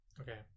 okay